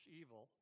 evil